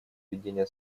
введение